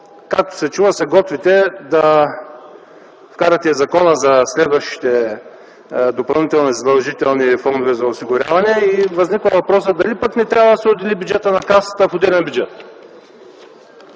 както се чува, се готвите да вкарате закона за следващите допълнителни задължителни фондове за осигуряване и възниква въпросът дали пък не трябва да се отдели бюджетът на Касата в отделен бюджет.